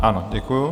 Ano, děkuji.